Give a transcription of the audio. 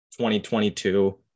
2022